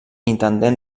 intendent